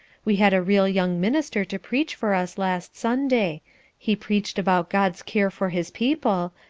we had a real young minister to preach for us last sunday he preached about god's care for his people,